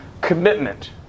commitment